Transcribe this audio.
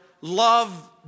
love